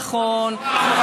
לא נכון.